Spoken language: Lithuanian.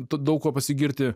daug kuo pasigirti